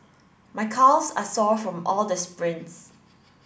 my calves are sore from all the sprints